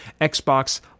Xbox